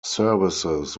services